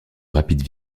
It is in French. rapid